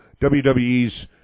WWE's